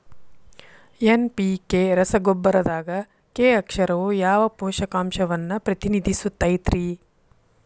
NPK ರಸಗೊಬ್ಬರದಾಗ K ಅಕ್ಷರವು ಯಾವ ಪೋಷಕಾಂಶವನ್ನ ಪ್ರತಿನಿಧಿಸುತೈತ್ರಿ?